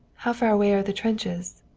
how far away are the trenches?